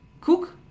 cook